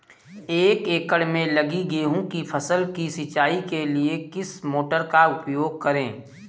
एक एकड़ में लगी गेहूँ की फसल की सिंचाई के लिए किस मोटर का उपयोग करें?